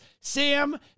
Sam